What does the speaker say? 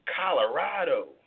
Colorado